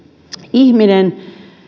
ihminen